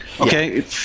Okay